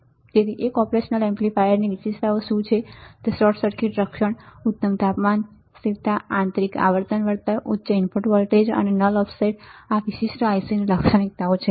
તેથી એક ઓપરેશન એમ્પ્લીફાયરની વિશેષતાઓ શું છે તે છે શોર્ટ સર્કિટ રક્ષણ ઉત્તમ તાપમાન સ્થિરતા આંતરિક આવર્તન વળતર ઉચ્ચ ઇનપુટ વોલ્ટેજ દૉ અને નલ ઓફ ઓફસેટ આ આ વિશિષ્ટ I C ના લક્ષણો છે